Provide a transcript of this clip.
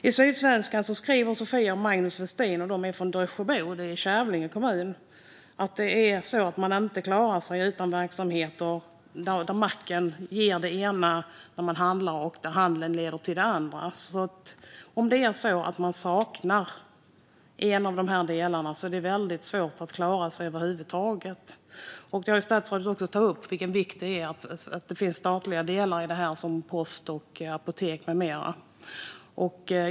I Sydsvenskan skriver Sofia och Magnus Westin i Dösjebro i Kävlinge kommun om sin kombinerade mack och handel: Om en av dessa delar saknas får vi väldigt svårt att klara oss. Statsrådet har ju också tagit upp hur viktigt det är med service såsom post, apotek med mera.